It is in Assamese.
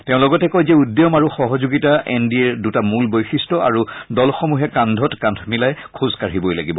তেওঁ লগতে কয় যে উদ্যম আৰু সহযোগিতা এন ডি এৰ দুটা মূল বৈশিষ্ট্য আৰু দলসমূহে কান্ধত কান্ধ মিলাই খোজ কাঢ়িবই লাগিব